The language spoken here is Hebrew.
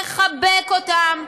לחבק אותן,